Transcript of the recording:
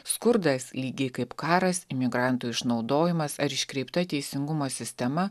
skurdas lygiai kaip karas imigrantų išnaudojimas ar iškreipta teisingumo sistema